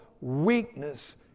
weakness